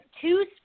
two